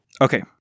Okay